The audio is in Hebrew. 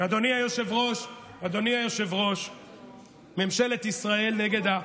אדוני היושב-ראש, ממשלת ישראל נגד,